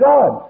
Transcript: God